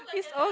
it's okay